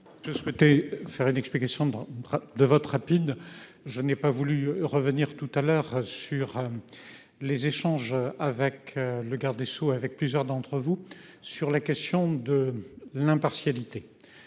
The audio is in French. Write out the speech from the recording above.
Je souhaitais faire une explication. De vote rapide. Je n'ai pas voulu revenir tout à l'heure sur. Les échanges avec le garde des Sceaux avec plusieurs d'entre vous sur la question de l'impartialité.